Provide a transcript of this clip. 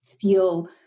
feel